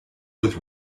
with